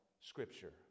Scripture